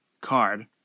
card